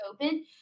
open